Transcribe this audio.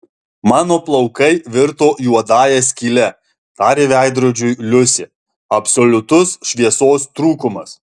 mano plaukai virto juodąja skyle tarė veidrodžiui liusė absoliutus šviesos trūkumas